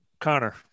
Connor